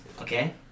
okay